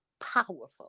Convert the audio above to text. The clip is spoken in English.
powerful